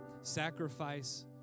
sacrifice